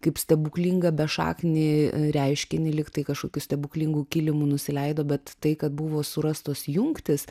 kaip stebuklingą be šaknį reiškinį lyg tai kažkokiu stebuklingu kilimu nusileido bet tai kad buvo surastos jungtys